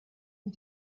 sie